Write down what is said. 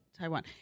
Taiwan